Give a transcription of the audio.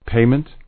Payment